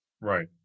Right